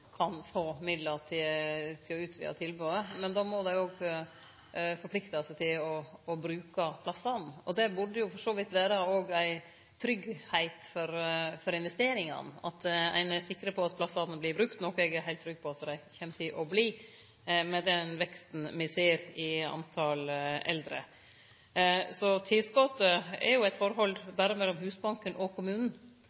kan få midlar til å utvide tilbodet, men då må dei òg forplikte seg til å bruke plassane. Det burde jo for så vidt òg vere ei tryggheit for investeringane at ein er sikker på at plassane vert brukte, noko eg er heilt trygg på at dei kjem til å verte, med den veksten me ser i talet på eldre. Så tilskotet er jo eit forhold